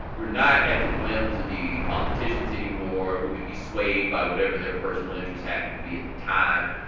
we're not at the whims of the politicians anymore who can be swayed by whatever their personal interest happened to be at the time.